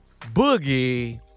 Boogie